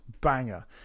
banger